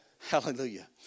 Hallelujah